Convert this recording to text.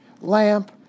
lamp